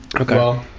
Okay